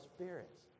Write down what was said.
spirits